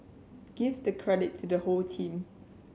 give the credit to the whole team